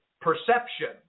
perception